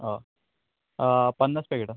हय पन्नास पॅकेटा